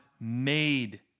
made